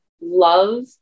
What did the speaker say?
love